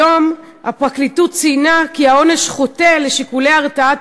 היום הפרקליטות ציינה כי העונש חוטא לשיקולי הרתעת